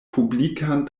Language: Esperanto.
publikan